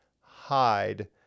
hide